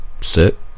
sit